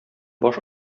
баш